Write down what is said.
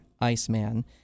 Iceman